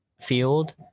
field